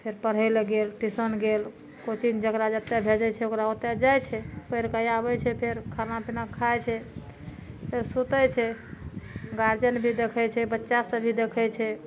फेर पढ़ै लए गेल टीशन गेल कोचिंग जेकरा जेतय भेजै छियै ओकरा ओतए जाइ छै पैढ़िके आबै छै खाना पीना खाइ छै फेर सुतै छै गार्जन भी देखै छै बच्चा सब भी देखै छै